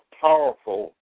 powerful